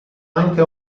anche